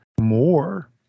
more